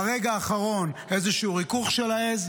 ברגע האחרון איזשהו ריכוך של העז,